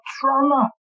trauma